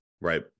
right